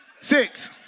Six